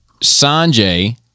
Sanjay